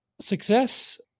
success